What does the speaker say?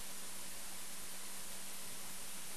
ואיננו